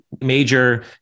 major